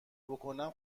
بکنم